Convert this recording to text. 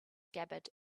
scabbard